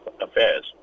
affairs